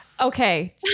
Okay